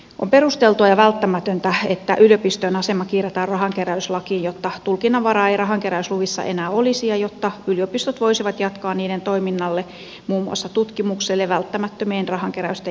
on perusteltua ja välttämätöntä että yliopistojen asema kirjataan rahankeräyslakiin jotta tulkinnanvaraa ei rahankeräysluvissa enää olisi ja jotta yliopistot voisivat jatkaa niiden toiminnalle muun muassa tutkimukselle välttämättömien rahankeräysten järjestämistä